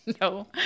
No